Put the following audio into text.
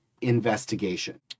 investigation